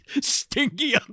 stinky